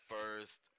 first